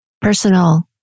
Personal